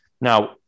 Now